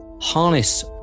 harness